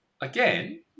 Again